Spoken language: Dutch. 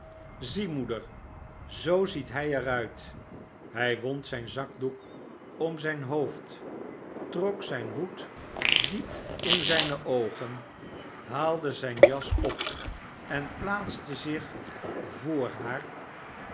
zie moeder zoo ziet hij er uit hij wond zijn zakdoek om zijn hoofd trok zijn hoed diep in zijne oogen haalde zijn jas op en plaatste zich voor haar